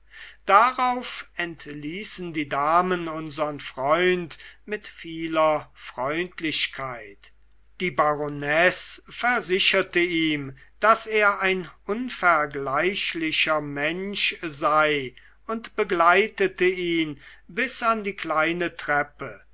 darauf entließen die damen unsern freund mit vieler freundlichkeit die baronesse versicherte ihm daß er ein unvergleichlicher mensch sei und begleitete ihn bis an die kleine treppe